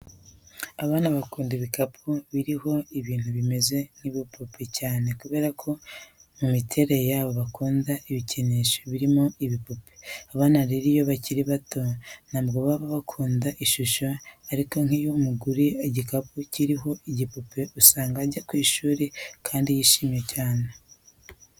Abana bakunda ibikapu biriho ibintu bimeze nk'ibipupe cyane kubera ko mu miterere yabo bakunda ibikinisho birimo n'ibipupe. Abana rero iyo bakiri batoya ntabwo baba bakunda ishuri ariko nk'iyo umuguriye igikapu kiriho igipupe usanga ajya ku ishuri kandi yishimye cyane.